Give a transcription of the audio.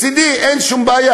מצדי אין שום בעיה.